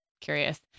curious